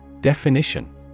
Definition